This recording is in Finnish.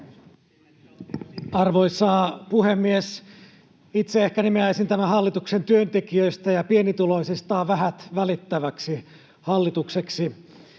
Arvoisa puhemies! Itse ehkä nimeäisin tämän hallituksen työntekijöistä ja pienituloisista vähät välittäväksi hallitukseksi.